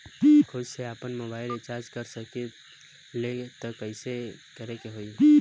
खुद से आपनमोबाइल रीचार्ज कर सकिले त कइसे करे के होई?